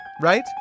right